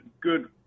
good